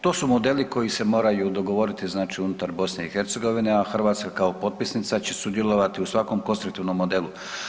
To su modeli koji se moraju dogovoriti, znači unutar BiH, a Hrvatska kao potpisnica će sudjelovati u svakom konstruktivnom modelu.